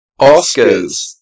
Oscars